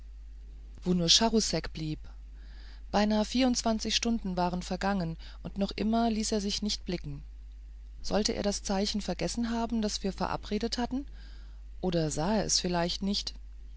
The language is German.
wo nur charousek blieb beinahe vierundzwanzig stunden waren vergangen und noch immer ließ er sich nicht blicken sollte er das zeichen vergessen haben das wir verabredet hatten oder sah er es vielleicht nicht